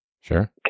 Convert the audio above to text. Sure